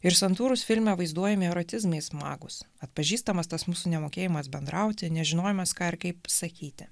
ir santūrūs filme vaizduojami erotizmai smagūs atpažįstamas tas mūsų nemokėjimas bendrauti nežinojimas ką ir kaip sakyti